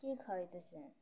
কী খাইত সে